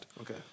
Okay